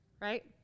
right